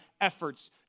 efforts